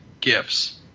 gifts